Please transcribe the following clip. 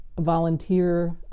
volunteer